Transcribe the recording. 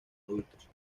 adultos